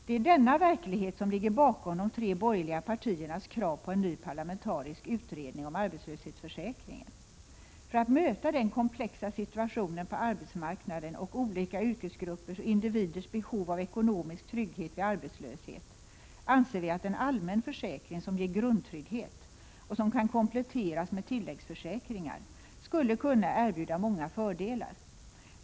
Det är denna verklighet som ligger bakom de tre borgerliga partiernas krav på en ny parlamentarisk utredning om arbetslöshetsförsäkringen. För att möta den komplexa situationen på arbetsmarknaden och olika yrkesgruppers och individers behov av ekonomisk trygghet vid arbetslöshet anser vi att en allmän försäkring, som ger grundtrygghet och som kan kompletteras med tilläggsförsäkringar, skulle kunna erbjuda många fördelar.